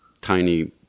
tiny